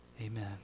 Amen